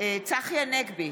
צחי הנגבי,